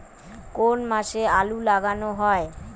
কোন মাসে আলু লাগানো হয়?